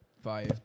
Fire